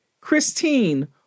Christine